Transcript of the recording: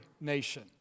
nation